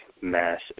mass